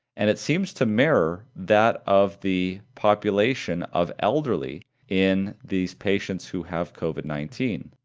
and it seems to mirror that of the population of elderly in these patients who have covid nineteen,